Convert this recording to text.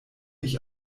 ich